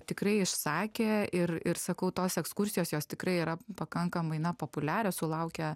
tikrai išsakė ir ir sakau tos ekskursijos jos tikrai yra pakankamai na populiarios sulaukia